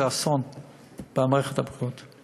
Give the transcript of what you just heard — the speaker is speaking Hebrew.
זה יהיה אסון למערכת הבריאות.